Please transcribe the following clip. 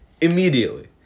Immediately